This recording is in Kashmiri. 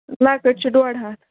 لۄکٕٹۍ چھِ ڈۅڈ ہَتھ